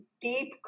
deep